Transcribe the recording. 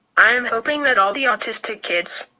i am hoping that all the autistic kids.